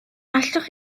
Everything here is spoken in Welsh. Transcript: allwch